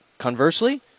conversely